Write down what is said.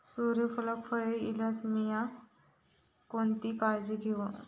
सूर्यफूलाक कळे इल्यार मीया कोणती काळजी घेव?